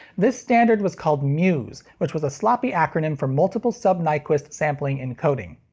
this standard was called muse, which was a sloppy acronym for multiple sub-nyquist sampling encoding.